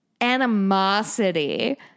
animosity